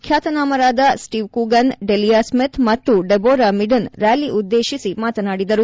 ಖ್ಯಾತ ನಾಮರಾದ Steve Coogan Delia Smith ಮತ್ತು ಡೆಬೊರಾ ಮಿಡನ್ ರ್ನಾಲಿ ಉದ್ದೇಶಿ ಮಾತನಾಡಿದರು